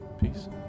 Peace